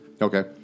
Okay